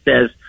says